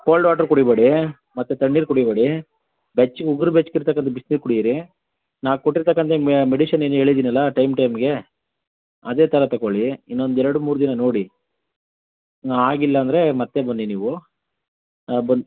cold water ಕುಡಿಬೇಡಿ ಮತ್ತು ತಣ್ಣೀರು ಕುಡಿಬೇಡಿ ಬೆಚ್ಚುಗೆ ಉಗುರು ಬೆಚ್ಚಗೆ ಇರತಕ್ಕಂತ ಬಿಸ್ನೀರ್ ಕುಡೀರಿ ನಾ ಕೊಟ್ಟಿರತಕ್ಕಂತ ಮೆಡಿಷನ್ ಏನು ಹೇಳಿದೀನಲ್ಲ ಟೈಮ್ ಟೈಮ್ಗೆ ಅದೇ ಥರ ತಗೊಳೀ ಇನ್ನೊಂದು ಎರಡು ಮೂರು ದಿನ ನೋಡಿ ಆಗಿಲ್ಲ ಅಂದ್ರೆ ಮತ್ತೆ ಬನ್ನಿ ನೀವು ಆ ಬನ್